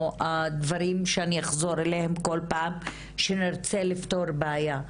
או הדברים שאני אחזור אליהם כל פעם שנרצה לפתור בעיה,